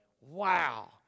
Wow